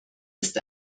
ist